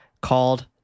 called